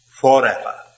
Forever